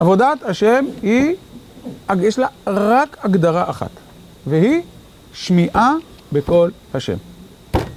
עבודת השם, יש לה רק הגדרה אחת, והיא שמיעה בקול השם.